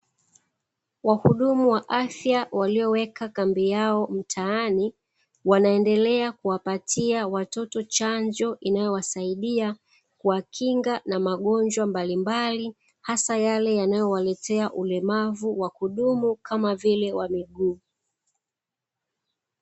Wahudumu wa afya walioweka kambi yao mtaani, wanaendelea kuwapatia watoto chanjo inayo wasaidia kuwakinga na magonjwa mbalimbali, hasa yale yanayowaletea ulemavu wa kudumu hasa wa miguu.